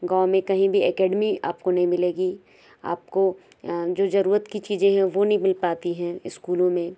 गाँव में कहीं भी एकेडमी आपको नहीं मिलेगी आपको जो जरूरत की चीज़ें हैं वो नहीं मिल पाती है स्कूलों में